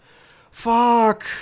fuck